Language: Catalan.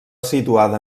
situada